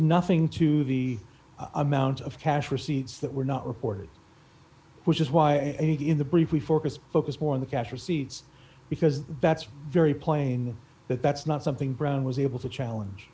nothing to the amount of cash receipts that were not reported which is why and in the brief we focus focus more on the cash receipts because that's very plain that that's not something brown was able to challenge